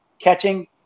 catching